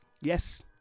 Yes